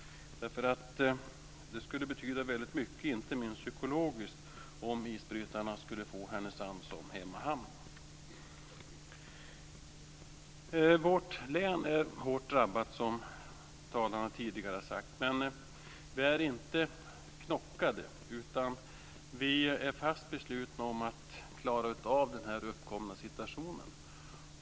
Det skulle betyda väldigt mycket, inte minst psykologiskt, om isbrytarna skulle få Härnösand som hemmahamn. Vårt län är hårt drabbat, som tidigare talare har sagt, men vi är inte knockade utan fast beslutna att klara av den uppkomna situationen.